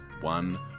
one